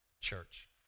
church